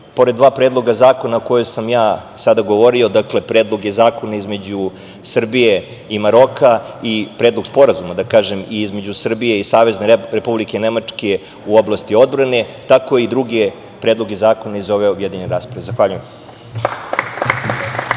pored dva predloga zakona o kojima sam sada govorio, dakle, predloge zakona između Srbije i Maroka i predlog sporazuma između Srbije i Savezne Republike Nemačke u oblasti odbrane, tako i druge predloge zakona iz ove objedinjene rasprave. Zahvaljujem.